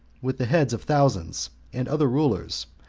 with the heads of thousands, and other rulers,